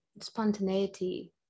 spontaneity